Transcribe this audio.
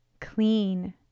clean